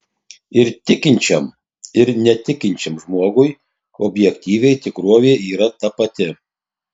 ir tikinčiam ir netikinčiam žmogui objektyviai tikrovė yra ta pati